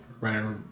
right